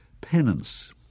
penance